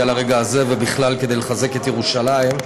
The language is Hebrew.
לרגע הזה ובכלל כדי לחזק את ירושלים.